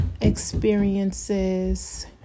experiences